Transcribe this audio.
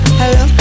hello